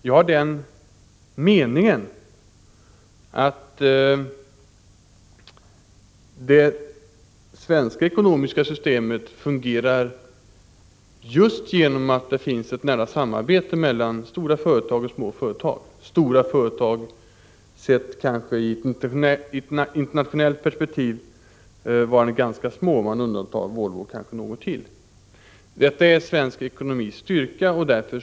Jag har den meningen att det svenska ekonomiska systemet fungerar genom att det finns ett nära samarbete mellan små företag och stora företag — även om de senare, möjligen med undantag av Volvo och kanske något till, i ett internationellt perspektiv inte är särskilt stora.